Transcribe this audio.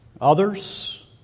Others